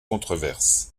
controverses